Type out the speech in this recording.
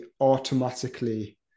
automatically